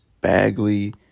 Bagley